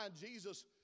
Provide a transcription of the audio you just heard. Jesus